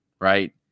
right